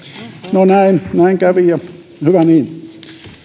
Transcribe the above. no näin näin kävi ja hyvä niin